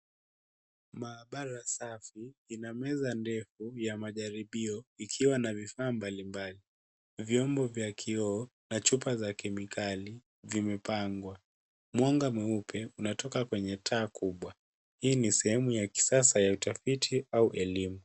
Maabara safi ina meza ndefu ya najaribio ikiwa na vifaa mbalimbali vyombo vya kioo, na chupa za kemikali vimepangwa. Mwanga mweupe unatoka kwenye taa kubwa. Hii ni sehemu ya kisasa ya utafiti au elimu.